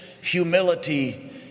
humility